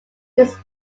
his